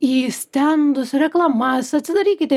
į stendus reklamas atsidarykite